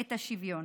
את השוויון.